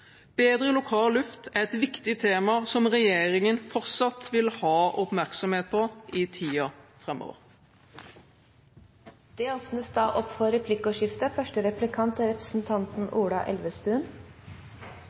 Bedre lokal luft er et viktig tema som regjeringen fortsatt vil ha oppmerksomhet på i tiden framover. Det åpnes for replikkordskifte. Takk for innlegget – vel og bra med mange langsiktige tiltak. Det er